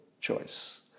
choice